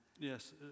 Yes